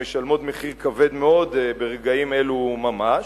שמשלמות מחיר כבד מאוד ברגעים אלו ממש,